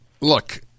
look